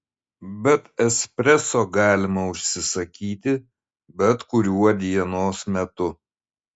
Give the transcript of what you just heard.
bet espreso galima užsisakyti bet kuriuo dienos metu